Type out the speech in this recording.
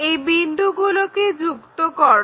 এই বিন্দুগুলোকে যুক্ত করো